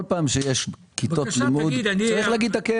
כל פעם שיש כיתות לימוד צריך להגיד את הכאב.